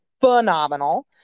phenomenal